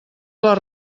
les